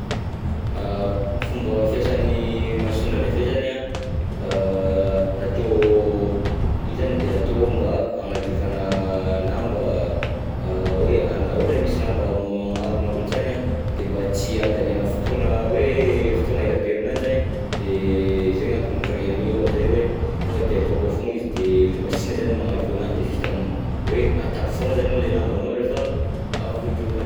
Fomba fiasan'ny machine à laver zany an, a natao io zany de natao mba hagnadiovana lamba, hoe, ohatra hoe misy lamba maro maloto zany an, dia mba tsy handaniana fotoana hoe fotoana elabe aminanjy zay, de zay ny antony nicréena an'io amizay hoe tonga de atao akao foagna izy de le machine zany magnadio ananjy de juste m- hoe atapy foagna zany le lambanao rehefa avy dioviny.